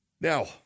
Now